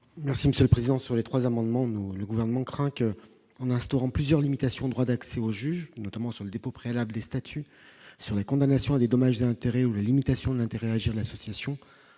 Merci Monsieur le Président, sur les 3 amendements, nous le gouvernement craint qu'en instaurant plusieurs limitations droit d'accès aux juges, notamment sur le dépôt préalable des statues sur la condamnation à des dommages et intérêts ou la limitation de l'intérêt agir l'association,